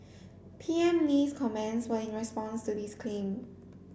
P M Lee's comments were in response to this claim